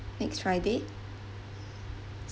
next friday